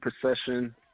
procession